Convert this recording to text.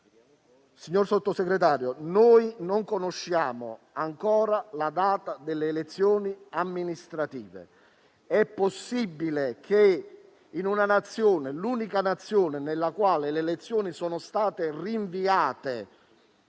Signor Sottosegretario, non conosciamo ancora la data delle elezioni amministrative. È possibile che nell'unica Nazione in Europa in cui le elezioni sono state rinviate,